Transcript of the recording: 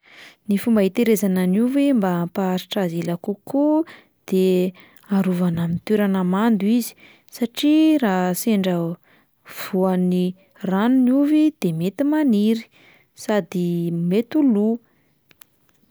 Ny fomba hitahirizana ny ovy mba hampaharitra azy ela kokoa de arovana amin'ny toerana mando izy satria raha sendra voan'ny rano ny ovy de mety maniry sady mety ho lo.